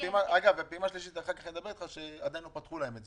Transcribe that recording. את הפעימה השלישית עדיין לא פתחו להם,